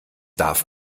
darf